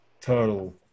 total